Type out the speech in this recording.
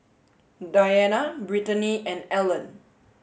Dianna Britany and Allan